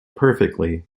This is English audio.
perfectly